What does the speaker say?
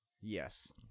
Yes